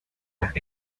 las